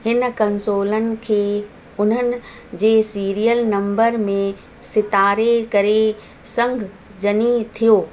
हिन कंसोलनि खे उन्हनि जे सीरियल नंबर में सितारे करे संग जनी थियो